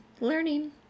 learning